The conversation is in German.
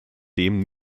dem